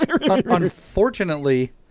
Unfortunately